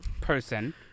person